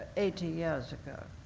eighty years ago.